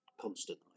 constant